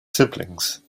siblings